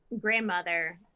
grandmother